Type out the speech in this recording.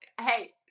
Hey